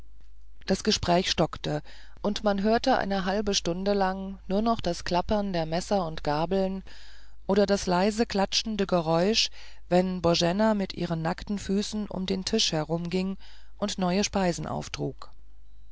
das gespräch stockte und man hörte eine halbe stunde lang nur noch das klappern der messer und gabeln oder das leise klatschende geräusch wenn boena mit ihren nackten füßen um den tisch herumging und neue speisen auftrug